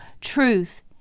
truth